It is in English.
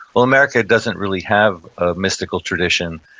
well, american doesn't really have a mystical tradition,